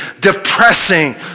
depressing